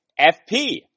FP